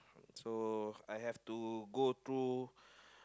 so I have to go through